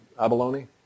abalone